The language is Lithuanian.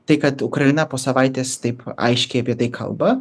tai kad ukraina po savaitės taip aiškiai apie tai kalba